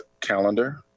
calendar